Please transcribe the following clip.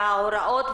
ההוראות,